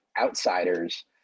outsiders